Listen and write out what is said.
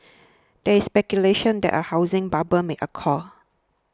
there is speculation that a housing bubble may occur